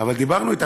אבל דיברנו אתם.